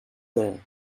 there